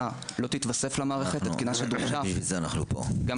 לא תיתוסף למערכת -- בגלל זה אנחנו פה.